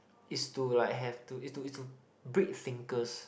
is to like have to is to is to breed thinkers